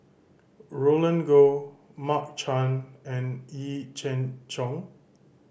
Roland Goh Mark Chan and Yee Jenn Jong